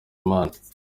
imana